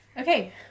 Okay